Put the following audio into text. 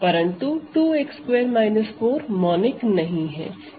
परंतु 2 x2 4 monic नहीं है